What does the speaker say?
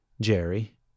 jerry